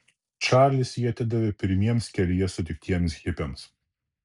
čarlis jį atidavė pirmiems kelyje sutiktiems hipiams